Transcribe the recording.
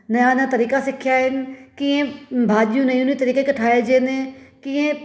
नया नया तरीक़ा सिखिया आहिनि कीअं भाॼियूं नयूं नयूं तरीक़े की ठाहिजनि कीअं